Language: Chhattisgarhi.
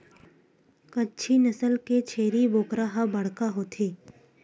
कच्छी नसल के छेरी बोकरा ह बड़का होथे